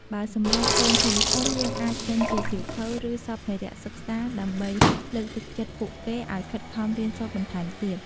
បើ សម្រាប់កូនធំៗ យើងអាចទិញជាសៀវភៅ ឬសម្ភារៈសិក្សាដើម្បីលើកទឹកចិត្តពួកគេឲ្យខិតខំរៀនសូត្របន្ថែមទៀត។